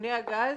טייקוני הגז,